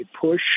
push